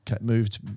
moved